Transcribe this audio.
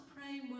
pray